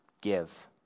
Give